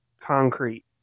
concrete